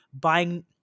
buying